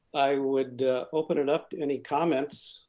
i would open it up to any comments,